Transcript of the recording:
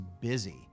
busy